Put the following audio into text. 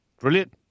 Brilliant